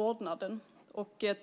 av pappan.